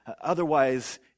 Otherwise